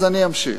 אז אני אמשיך.